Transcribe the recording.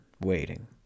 waiting